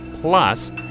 plus